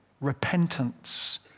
repentance